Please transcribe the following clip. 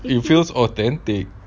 it feels authentic